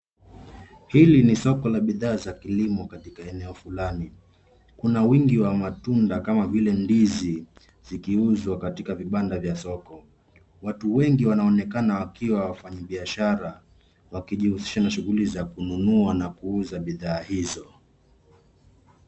Hili ni soko la bidhaa za kilimo katika eneo fulani. Kuna wingi wa matunda kama vile ndizi zikiuzwa katika vibanda vya soko. Watu wengi wanaonekana wakiwa wafanyibiashara wakijihusisha na shughuli za kununua na kuuza bidhaa hizo.